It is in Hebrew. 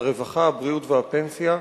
הרווחה, הבריאות והפנסיה,